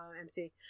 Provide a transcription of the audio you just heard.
MC